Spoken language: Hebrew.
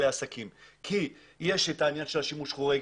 העסקים כי יש את העניין של השימוש החורג,